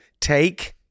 Take